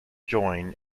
join